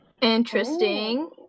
Interesting